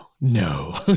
no